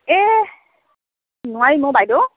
এই নোৱাৰিম অঁ বাইদেউ